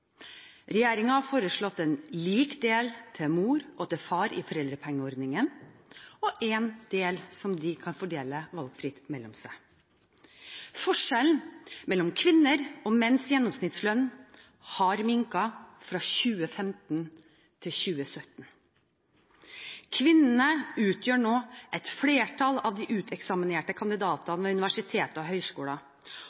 har foreslått en lik del til mor og far i foreldrepengeordningen og en del som de kan fordele valgfritt mellom seg. Forskjellene mellom kvinners og menns gjennomsnittslønn har minket fra 2015 til 2017. Kvinnene utgjør nå et flertall av de uteksaminerte